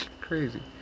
Crazy